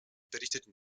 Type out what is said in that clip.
berichteten